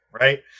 right